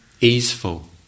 easeful